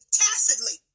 tacitly